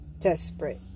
desperate